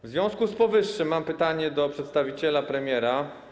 W związku z powyższym mam pytanie do przedstawiciela premiera.